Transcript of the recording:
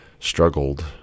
struggled